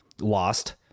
lost